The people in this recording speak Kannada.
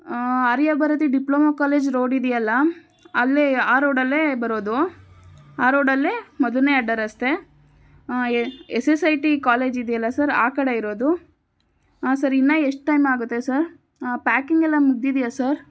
ಆರ್ಯ ಭಾರತಿ ಡಿಪ್ಲೋಮೊ ಕಾಲೇಜ್ ರೋಡ್ ಇದೆಯಲ್ಲ ಅಲ್ಲೇ ಆ ರೋಡಲ್ಲೇ ಬರೋದು ಆ ರೋಡಲ್ಲೇ ಮೊದಲನೇ ಅಡ್ಡ ರಸ್ತೆ S S I T college ಇದೆಯಲ್ಲ ಸರ್ ಆ ಕಡೆ ಇರೋದು ಹಾಂ ಸರ್ ಇನ್ನು ಎಷ್ಟು ಟೈಮ್ ಆಗುತ್ತೆ ಸರ್ ಹಾಂ ಪ್ಯಾಕಿಂಗ್ ಎಲ್ಲ ಮುಗ್ದಿದೆಯಾ ಸರ್